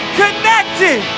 connected